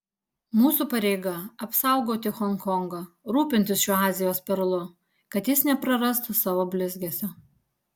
mūsų pareiga apsaugoti honkongą rūpintis šiuo azijos perlu kad jis neprarastų savo blizgesio